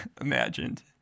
imagined